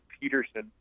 Peterson